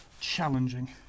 challenging